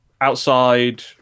outside